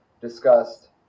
discussed